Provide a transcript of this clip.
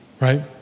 right